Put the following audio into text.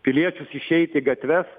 piliečius išeit į gatves